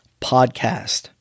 podcast